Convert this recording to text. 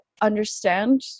understand